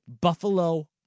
Buffalo